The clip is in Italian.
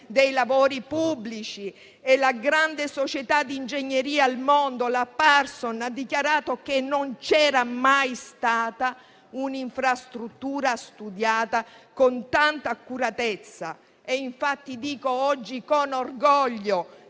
dei lavori pubblici. Una delle più grandi società di ingegneria al mondo, la Parsons Corporation, ha dichiarato che non c'era mai stata un'infrastruttura studiata con tanta accuratezza. Infatti, dico oggi con orgoglio